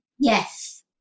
yes